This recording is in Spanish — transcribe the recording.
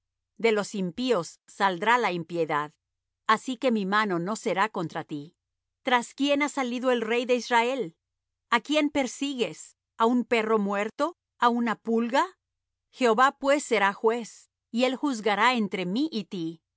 de los impíos saldrá la impiedad así que mi mano no será contra ti tras quién ha salido el rey de israel á quién persigues á un perro muerto á una pulga jehová pues será juez y él juzgará entre mí